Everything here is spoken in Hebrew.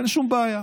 אין שום בעיה,